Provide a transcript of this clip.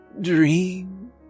dream